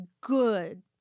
good